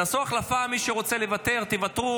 תעשו החלפה, מי שרוצה לוותר, שיוותר.